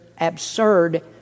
absurd